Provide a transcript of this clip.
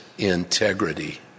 Integrity